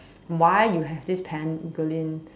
why you have this pangolin